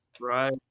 Right